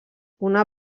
una